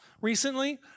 recently